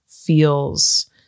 feels